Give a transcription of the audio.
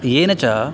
येन च